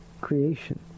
creation